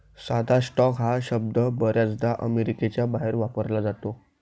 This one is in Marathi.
साधा स्टॉक हा शब्द बर्याचदा अमेरिकेच्या बाहेर वापरला जातो